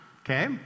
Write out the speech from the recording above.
okay